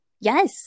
Yes